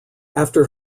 after